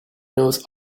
knows